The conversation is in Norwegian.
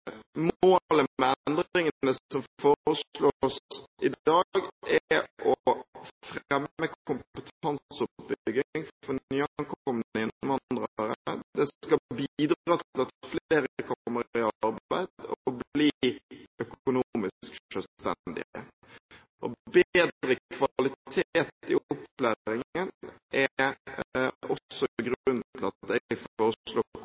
Målet med endringene som foreslås i dag, er å fremme kompetanseoppbygging for nyankomne innvandrere. Dette skal bidra til at flere kommer i arbeid og blir økonomisk selvstendige. Bedre kvalitet i opplæringen er også grunnen til at jeg foreslår kommunal internkontroll og fylkesmannstilsyn. Vi ser at det i enkelte tilfeller er for